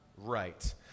right